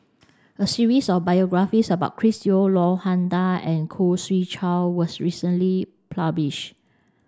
a series of biographies about Chris Yeo Han Lao Da and Khoo Swee Chiow was recently published